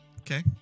Okay